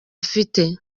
afite